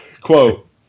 Quote